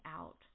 out